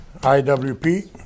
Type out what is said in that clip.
IWP